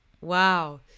Wow